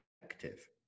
effective